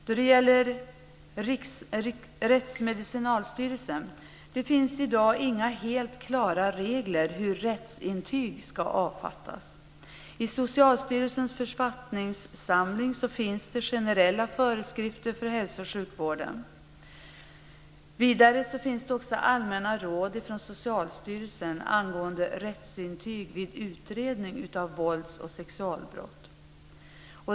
Då det gäller Rättsmedicinalstyrelsen finns det i dag inga helt klara regler för hur rättsintyg ska avfattas. I Socialstyrelsens författningssamling finns generella föreskrifter för hälso och sjukvården. Vidare finns allmänna råd från Socialstyrelsen angående Rättsintyg vid utredning av vålds och sexualbrott.